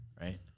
right